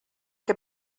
que